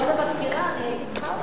(תיקון מס' 15)